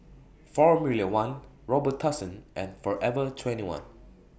Formula one Robitussin and Forever twenty one